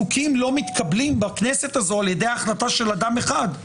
חוקים לא מתקבלים בכנסת הזאת על ידי החלטה של אדם אחד.